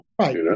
Right